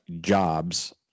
jobs